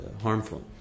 harmful